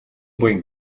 буян